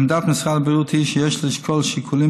עמדת משרד הבריאות היא שיש לשקול שיקולים